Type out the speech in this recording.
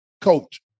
coach